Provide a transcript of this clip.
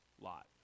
Lot